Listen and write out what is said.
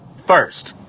first,